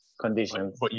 conditions